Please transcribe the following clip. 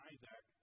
Isaac